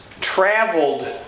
traveled